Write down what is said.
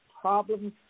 problems